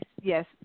Yes